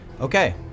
Okay